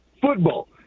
football